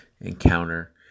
encounter